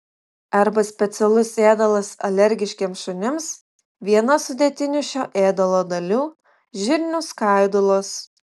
arba specialus ėdalas alergiškiems šunims viena sudėtinių šio ėdalo dalių žirnių skaidulos